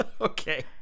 Okay